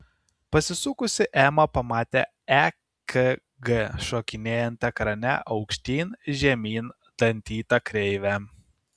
pasisukusi ema pamatė ekg šokinėjant ekrane aukštyn žemyn dantyta kreive